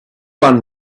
one